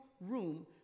room